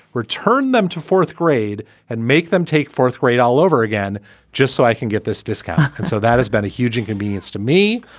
return them to fourth grade, and make them take fourth grade all over again just so i can get this discount. and so that has been a huge inconvenience to me.